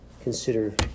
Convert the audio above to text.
consider